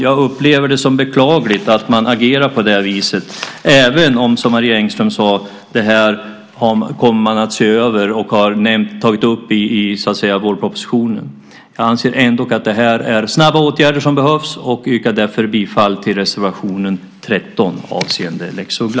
Jag upplever det som beklagligt att man agerar på det här viset även om man, som Marie Engström sade, kommer att se över det här och har tagit upp det här i vårpropositionen. Jag anser ändå att det är snabba åtgärder som behövs och yrkar därför bifall till reservation 13 avseende lex Uggla.